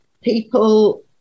people